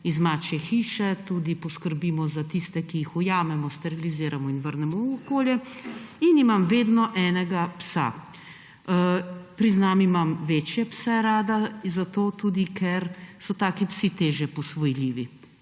iz Mačje hiše. Poskrbimo tudi za tiste, ki jih ujamemo, steriliziramo in vrnemo v okolje. In imam vedno enega psa. Priznam, rada imam večje pse, tudi zato ker so taki psi težje posvojljivi.